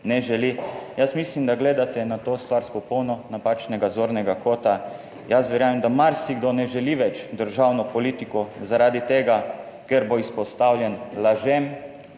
ne želi. Jaz mislim, da gledate na to stvar s popolnoma napačnega zornega kota. Jaz verjamem, da marsikdo ne želi več državno politiko, zaradi tega, ker bo izpostavljen lažem,